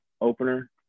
opener